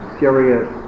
serious